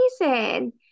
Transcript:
Amazing